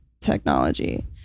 technology